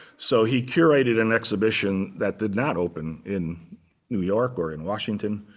so he curated an exhibition that did not open in new york or in washington.